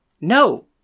No